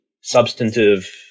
substantive